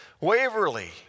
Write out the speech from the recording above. Waverly